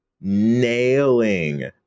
nailing